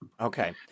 Okay